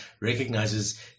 recognizes